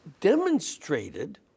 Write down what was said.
demonstrated